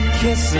kiss